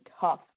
tough